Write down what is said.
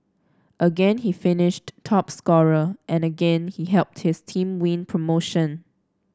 again he finished top scorer and again he helped his team win promotion